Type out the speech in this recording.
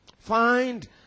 Find